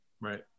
right